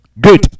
Good